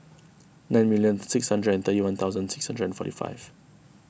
nine million six hundred and thirty one thousand six hundred and forty five